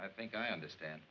i think i understand